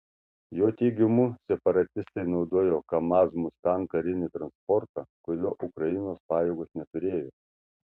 jo teigimu separatistai naudojo kamaz mustang karinį transportą kurio ukrainos pajėgos neturėjo